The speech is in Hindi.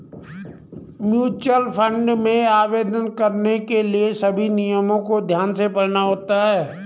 म्यूचुअल फंड में आवेदन करने के लिए सभी नियमों को ध्यान से पढ़ना होता है